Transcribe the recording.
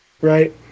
right